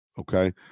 Okay